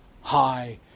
high